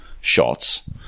shots